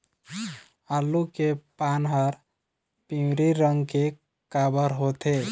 आलू के पान हर पिवरी रंग के काबर होथे?